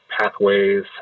pathways